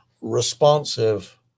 responsive